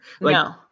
no